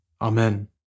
Amen